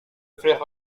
faire